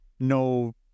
No